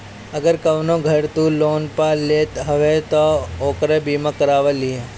अगर कवनो घर तू लोन पअ लेत हवअ तअ ओकर बीमा करवा लिहअ